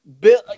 Bill